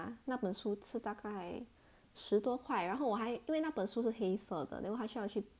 那本书是大概十多块然后我还因为那本书是黑色的 then 我还需要去